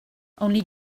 only